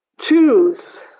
Choose